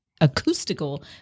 acoustical